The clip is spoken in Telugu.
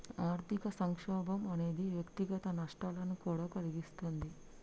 ఆర్థిక సంక్షోభం అనేది వ్యక్తిగత నష్టాలను కూడా కలిగిస్తుంది